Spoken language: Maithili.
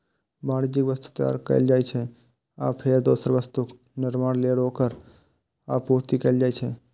वाणिज्यिक वस्तु तैयार कैल जाइ छै, आ फेर दोसर वस्तुक निर्माण लेल ओकर आपूर्ति कैल जाइ छै